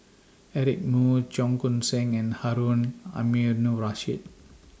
Eric Moo Cheong Koon Seng and Harun Aminurrashid